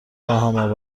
خواهم